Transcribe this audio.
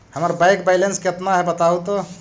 हमर bank balance केतना है बताहु तो?